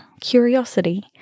curiosity